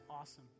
awesome